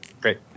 Great